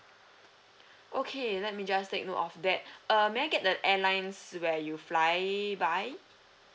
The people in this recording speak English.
okay let me just take note of that uh may get the airlines where you fly by